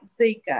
Zika